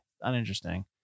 uninteresting